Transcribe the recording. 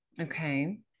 Okay